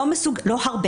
אותו.